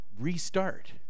restart